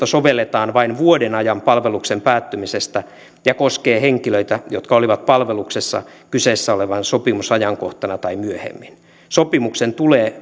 sovelletaan vain vuoden ajan palveluksen päättymisestä ja se koskee henkilöitä jotka olivat palveluksessa kyseessä olevana sopimusajankohtana tai myöhemmin sopimuksen tulee